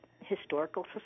historical